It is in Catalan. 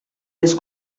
les